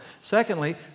Secondly